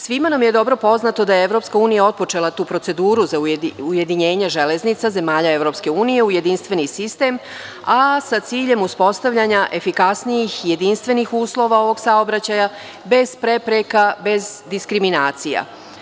Svima nam je dobro poznato da je EU otpočela tu proceduru za ujedinjenje železnica zemalja EU u jedinstveni sistem, a sa ciljem uspostavljanja efikasnijih, jedinstvenih uslova ovog saobraćaja, bez prepreka, bez diskriminacija.